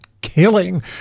killing